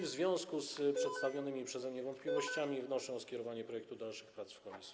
W związku z przedstawionymi przeze mnie wątpliwościami wnoszę o skierowanie projektu do dalszych prac w komisji.